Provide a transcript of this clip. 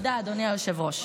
תודה, אדוני היושב-ראש.